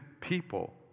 people